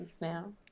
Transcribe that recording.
now